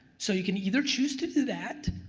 so you can either choose to do that,